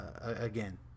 again